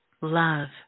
Love